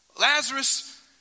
Lazarus